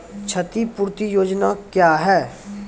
क्षतिपूरती योजना क्या हैं?